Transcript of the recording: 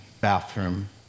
bathroom